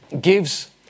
gives